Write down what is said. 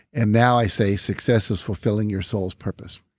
and now i say, success is fulfilling your soul's purpose.